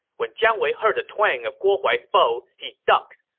when jiang wei heard the twang of guo huai's bow, he ducked.